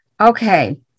Okay